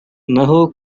naho